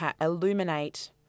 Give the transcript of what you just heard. illuminate